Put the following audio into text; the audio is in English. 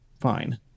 fine